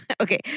Okay